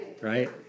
right